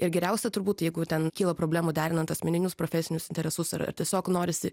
ir geriausia turbūt jeigu ten kyla problemų derinant asmeninius profesinius interesus ar ar tiesiog norisi